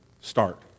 start